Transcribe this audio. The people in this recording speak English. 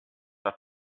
have